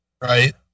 Right